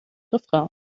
refrain